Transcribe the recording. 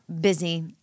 Busy